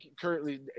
currently